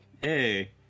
Hey